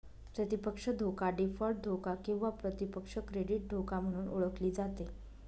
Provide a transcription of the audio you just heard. प्रतिपक्ष धोका डीफॉल्ट धोका किंवा प्रतिपक्ष क्रेडिट धोका म्हणून ओळखली जाते